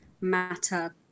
Matter